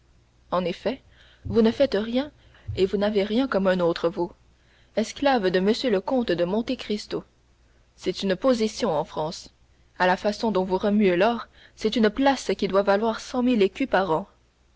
en effet vous ne faites rien et vous n'avez rien comme un autre vous esclave de m le comte de monte cristo c'est une position en france à la façon dont vous remuez l'or c'est une place qui doit valoir cent mille écus par an